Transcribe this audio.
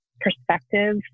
perspective